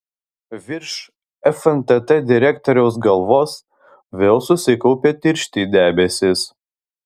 virš fntt direktoriaus galvos vėl susikaupė tiršti debesys